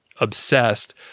obsessed